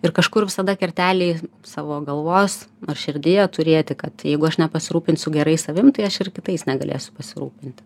ir kažkur visada kertelėj savo galvos ar širdyje turėti kad jeigu aš nepasirūpinsiu gerai savim tai aš ir kitais negalėsiu pasirūpinti